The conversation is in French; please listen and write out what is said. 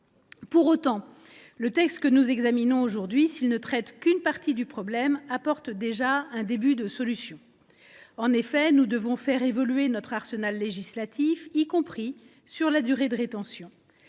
nous parlons. Le texte que nous examinons aujourd’hui, s’il ne traite qu’une partie du problème, apporte déjà un début de solution. En effet, nous devons faire évoluer notre arsenal législatif, y compris en ce qui concerne la durée de rétention.